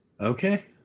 Okay